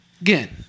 Again